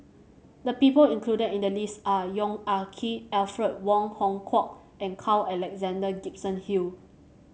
the people included in the list are Yong Ah Kee Alfred Wong Hong Kwok and Carl Alexander Gibson Hill